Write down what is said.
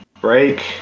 break